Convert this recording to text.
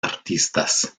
artistas